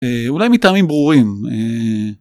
אה.. אולי מטעמים ברורים. אה..